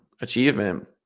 achievement